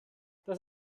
das